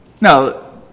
Now